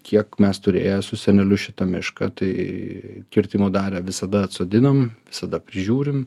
kiek mes turėję su seneliu šitą mišką tai kirtimo darę visada atsodinam visada prižiūrim